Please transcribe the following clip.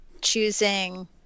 choosing